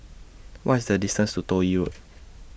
What IS The distance to Toh Yi Road